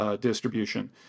distribution